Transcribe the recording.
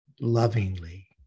lovingly